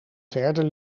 verder